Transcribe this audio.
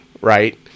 right